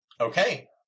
Okay